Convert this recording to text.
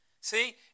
See